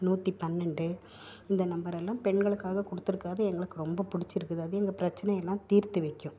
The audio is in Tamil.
நூற்றி பன்னெண்டு இந்த நம்பரெல்லாம் பெண்களுக்காக கொடுத்துருக்குறது எங்களுக்கு ரொம்ப பிடிச்சிருக்குது அது எங்கள் பிரச்சினையெல்லாம் தீர்த்து வைக்கும்